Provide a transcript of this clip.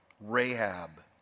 Rahab